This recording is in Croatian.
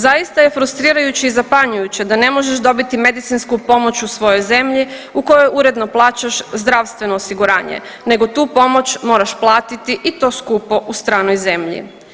Zaista je frustrirajuće i zapanjujuće da ne možeš dobiti medicinsku pomoć u svojoj zemlji u kojoj uredno plaćaš zdravstveno osiguranje nego tu pomoć moraš platiti i to skupo u stranoj zemlji.